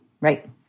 right